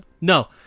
no